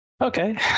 Okay